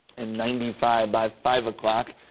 and ninety five by five o'clock.